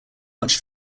much